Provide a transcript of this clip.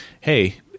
hey